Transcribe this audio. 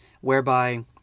whereby